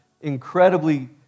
incredibly